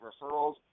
Referrals